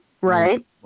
right